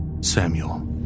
Samuel